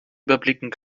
überblicken